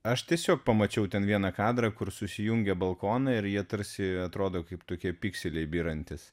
aš tiesiog pamačiau ten vieną kadrą kur susijungia balkonai ir jie tarsi atrodo kaip tokie pikseliai byrantys